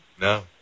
No